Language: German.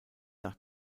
nach